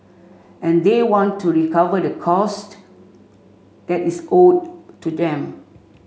and they want to recover the cost that is owed to them